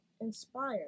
inspired